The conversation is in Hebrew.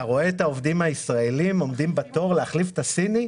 אתה רואה את העובדים הישראלים עומדים בתור להחליף את הסינים?